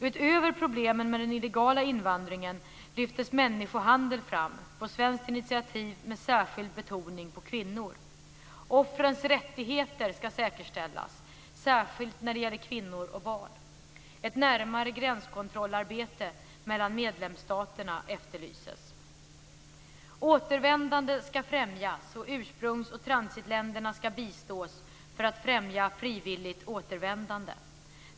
Utöver problemen med den illegala invandringen lyftes människohandel fram, på svenskt initiativ, med särskild betoning på kvinnor. Offrens rättigheter ska säkerställas, särskilt när det gäller kvinnor och barn. Ett närmare gränskontrollarbete mellan medlemsstaterna efterlystes. Återvändande ska främjas, och ursprungs och transitländerna ska bistås för att främja frivilligt återvändande.